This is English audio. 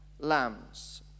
lambs